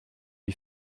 lui